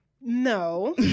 No